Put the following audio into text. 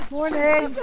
Morning